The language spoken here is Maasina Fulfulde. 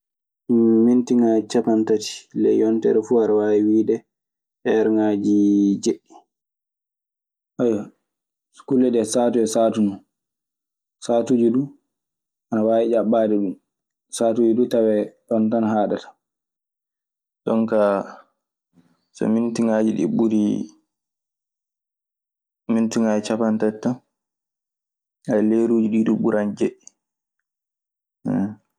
Ndum minigaji ciapantati, ley ƴotere fu ana wawi wide heregaji jeɗɗi. kulle ɗee saatu e saatu non. Saatuuje du ana waawi ƴaɓɓaade ɗun. Saatuuje du tawee ɗon tan haaɗata. Jooni ka so minitiŋaaji ɗi ɓuri cappanɗe tati tan, hay leruuji ɗi ɓuran jeeɗiɗi, ey.